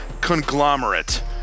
conglomerate